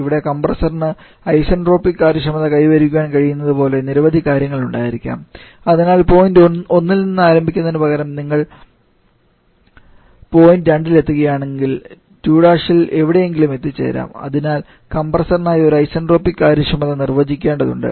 ഇവിടെ കംപ്രസ്സറിന് ഐസന്റ്രോപിക് കാര്യക്ഷമത കൈവരിക്കാൻ കഴിയുന്നതുപോലുള്ള നിരവധി കാര്യങ്ങൾ ഉണ്ടായിരിക്കാം അതിനാൽ പോയിന്റ് 1 ൽ നിന്ന് ആരംഭിക്കുന്നതിനുപകരം നിങ്ങൾ പോയിന്റ് 2ൽ എത്തുകയാണെങ്കിൽ 2ൽ എവിടെയെങ്കിലും എത്തിച്ചേരാം അതിനാൽ കംപ്രസ്സറിനായി ഒരു ഐസന്റ്രോപിക് കാര്യക്ഷമത നിർവചിക്കേണ്ടതുണ്ട്